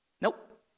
Nope